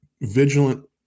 vigilant